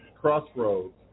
crossroads